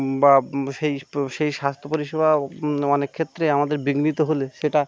বা সেই সেই স্বাস্থ্য পরিষেবা অনেক ক্ষেত্রে আমাদের বিঘ্নিত হলে সেটা